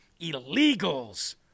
illegals